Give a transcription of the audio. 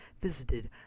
visited